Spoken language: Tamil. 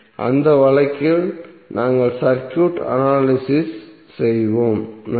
அந்த வழக்கில் நாங்கள் சர்க்யூட் அனலிசிஸ் செய்வோம் நன்றி